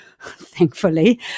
thankfully